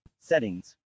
Settings